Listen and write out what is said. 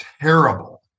terrible